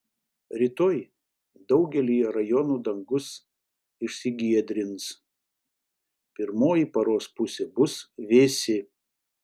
rytoj daugelyje rajonų dangus išsigiedrins pirmoji paros pusė bus vėsi